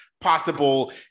possible